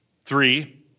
Three